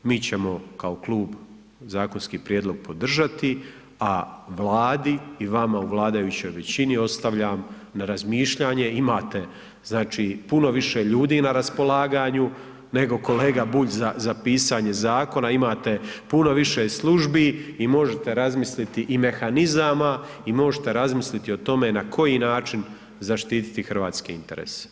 Mi ćemo kao klub zakonski prijedlog podržati, a Vladi i vama u vladajućoj većini ostavljam na razmišljanje imate znači puno više ljudi na raspolaganju nego kolega Bulj za pisanje zakona, imate puno više službi i možete razmisliti i mehanizama i možete razmisliti o tome na koji način zaštititi hrvatske interese.